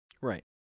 Right